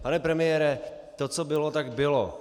Pane premiére, to, co bylo, tak bylo.